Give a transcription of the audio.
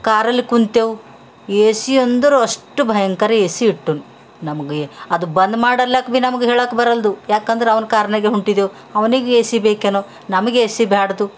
ಕಾರಲ್ಲಿ ಕುಂತೆವು A C ಅಂದರು ಅಷ್ಟು ಭಯಂಕರ ಎ ಸಿ ಇಟ್ಟನು ನಮಗೆ ಅದು ಬಂದ್ ಮಾಡಲ್ಲಕ ಬಿ ನಮ್ಗೆ ಹೇಳಕ್ಕ ಬರಲ್ದು ಯಾಕಂದರೆ ಅವ್ನ ಕಾರ್ನಾಗೆ ಹೊಂಟಿದ್ದೇವು ಅವನಿಗೆ ಎ ಸಿ ಬೇಕೇನೋ ನಮಗೆ ಎ ಸಿ ಬ್ಯಾಡದು